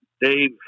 Dave